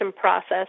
process